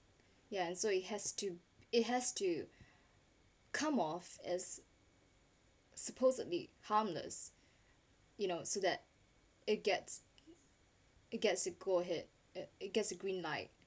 yeah and so it has to it has to come off as supposedly harmless you know so that it gets it gets go ahead and it gets a green light